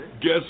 guess